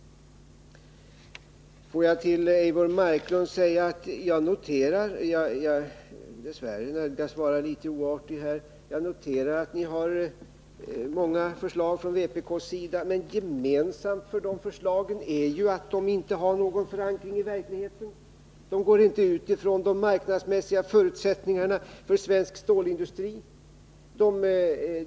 Får jag till Eivor Marklund säga att jag dess värre nödgas vara litet oartig. Jag noterar att ni har många förslag från vpk:s sida, men gemensamt för de förslagen är ju att de inte har någon förankring i verkligheten. De går inte ut från de marknadsmässiga förutsättningarna för svensk stålindustri.